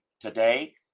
today